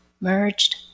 merged